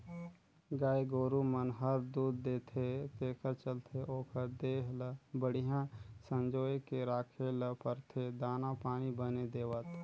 गाय गोरु मन हर दूद देथे तेखर चलते ओखर देह ल बड़िहा संजोए के राखे ल परथे दाना पानी बने देवत